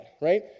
right